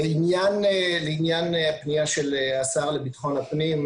לעניין הפנייה של השר לביטחון הפנים,